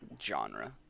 genre